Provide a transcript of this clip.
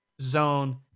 zone